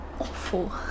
Awful